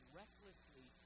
recklessly